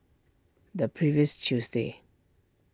the previous Tuesday